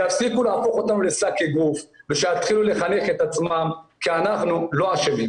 יפסיקו להפוך אותנו לשק אגרוף ושיתחילו לחנך את עצמם כי אנחנו לא אשמים,